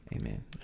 amen